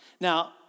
Now